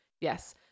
Yes